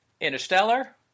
interstellar